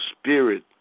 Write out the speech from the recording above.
spirit